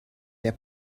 der